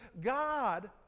God